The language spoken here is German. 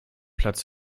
platz